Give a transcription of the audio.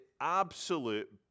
absolute